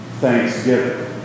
thanksgiving